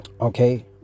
okay